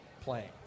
playing